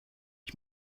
ich